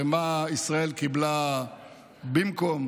ומה ישראל קיבלה במקום.